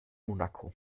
monaco